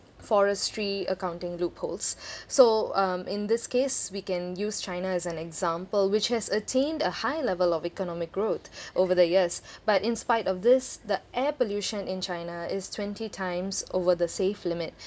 forestry accounting loopholes so um in this case we can use china as an example which has attained a high level of economic growth over the years but in spite of this the air pollution in china is twenty times over the safe limit